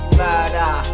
murder